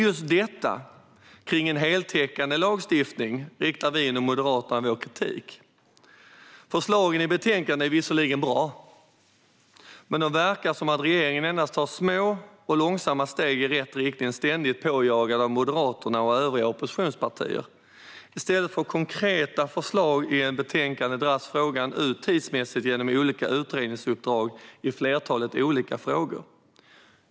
När det gäller just en heltäckande lagstiftning riktar vi inom Moderaterna vår kritik. Förslagen i betänkandet är visserligen bra. Men det verkar som att regeringen endast tar små och långsamma steg i rätt riktning, ständigt påjagade av Moderaterna och övriga oppositionspartier. I stället för konkreta förslag i ett betänkande dras frågan ut tidsmässigt genom olika utredningsuppdrag i flertalet olika frågor.